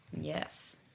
Yes